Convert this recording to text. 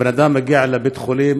הבן אדם הגיע לבית-החולים,